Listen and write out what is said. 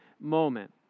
moment